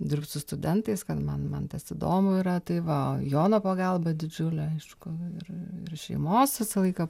dirbt su studentais kad man man tas įdomu yra tai va jono pagalba didžiulė aišku ir ir šeimos visą laiką